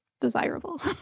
desirable